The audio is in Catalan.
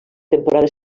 temporada